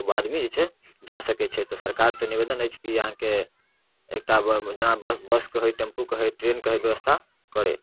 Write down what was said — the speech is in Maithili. तब आदमी जे छै जा सकै छै तऽ सरकारसँ निवेदन अछि कि अहाँके एकटा जेना बसके होइ टेम्पूके होइ ट्रेनके होइ व्यवस्था करै